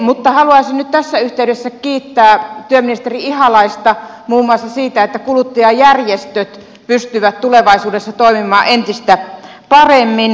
mutta haluaisin nyt tässä yhteydessä kiittää työministeri ihalaista muun muassa siitä että kuluttajajärjestöt pystyvät tulevaisuudessa toimimaan entistä paremmin